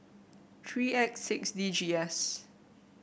three X six D G S